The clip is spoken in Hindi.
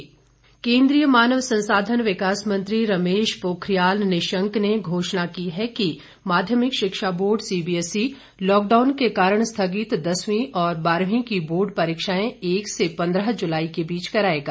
निशंक सीबीएसई परीक्षा केद्रीय मानव संसाधन विकास मंत्री रमेश पोखरियाल निशंक ने घोषणा की है कि माध्यमिक शिक्षा बोर्ड सीबीएसई लॉकडाउन के कारण स्थगित दसवीं और बारहवीं की बोर्ड परीक्षाएं एक से पंद्रह जुलाई के बीच कराएगा